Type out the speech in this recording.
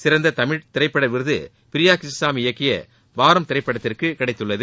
சிறந்த தமிழ் திரைப்பட விருது பிரியா கிருஷ்ணசாமி இயக்கிய பாரம் திரைப்படத்திற்கு கிடைத்துள்ளது